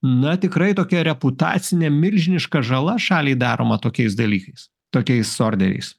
na tikrai tokia reputacinė milžiniška žala šaliai daroma tokiais dalykais tokiais orderiais